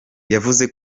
yavuze